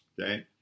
okay